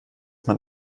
man